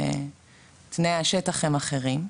ותנאי השטח הם אחרים.